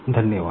धन्यवाद